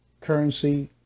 Currency